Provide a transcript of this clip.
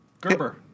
Gerber